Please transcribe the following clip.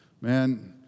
Man